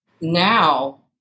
now